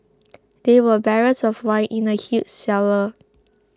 there were barrels of wine in the huge cellar